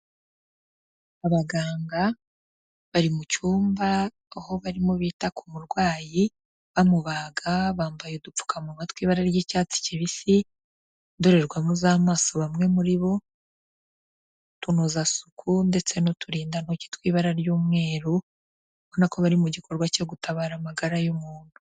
Abaganga bari mu cyumba, aho barimo bita ku murwayi bamubaga, bambaye udupfukamunwa tw'ibara ry'icyatsi kibisi, indorerwamo z'amaso bamwe muri bo, utunozasuku ndetse n'uturindantoki tw'ibara ry'umweru, ubona ko bari mu gikorwa cyo gutabara amagara y'umuntu.